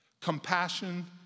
Compassion